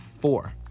four